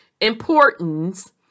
importance